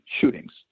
shootings